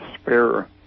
spare